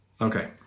Okay